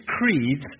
creeds